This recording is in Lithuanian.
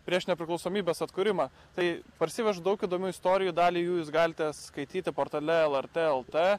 prieš nepriklausomybės atkūrimą tai parsivežu daug įdomių istorijų dalį jų jūs galite skaityti portale lrt lt